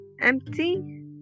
empty